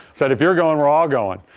said if you're going, we're all going.